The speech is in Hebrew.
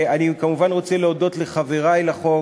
אני כמובן רוצה להודות לחברי לחוק